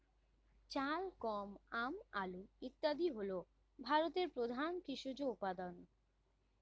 চাল, গম, আম, আলু ইত্যাদি হল ভারতের প্রধান কৃষিজ উপাদান